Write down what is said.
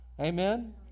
amen